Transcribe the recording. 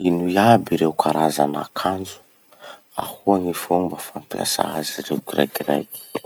Ino iaby ireo karazan'ankanjo? Ahoa gny fomba fampiasà azy rey kiraikiraiky?